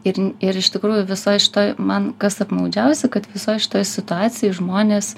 ir ir iš tikrųjų visoj šitoj man kas apmaudžiausia kad visoj šitoj situacijoj žmonės